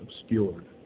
obscured